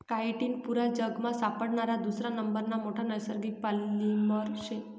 chitin पुरा जगमा सापडणारा दुसरा नंबरना मोठा नैसर्गिक पॉलिमर शे